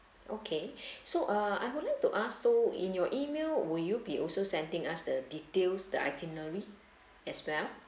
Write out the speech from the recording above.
okay so uh I would like to ask so in your email will you be also sending us the details the itinerary as well